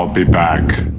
be back.